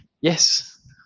yes